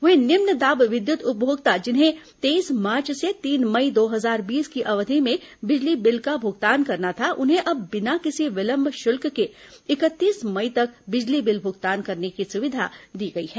वहीं निम्न दाब विद्युत उपभोक्ता जिन्हें तेईस मार्च से तीन मई दो हजार बीस की अवधि में बिजली बिल का भुगतान करना था उन्हें अब बिना किसी विलंब शुल्क के इकतीस मई तक बिजली बिल भुगतान करने की सुविधा दी गई है